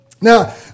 Now